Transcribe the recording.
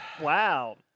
Wow